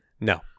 No